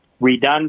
redone